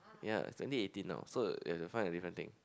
ya it's twenty eighteen now so you have to find a different thing